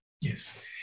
Yes